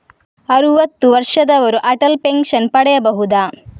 ಅರುವತ್ತು ವರ್ಷದವರು ಅಟಲ್ ಪೆನ್ಷನ್ ಪಡೆಯಬಹುದ?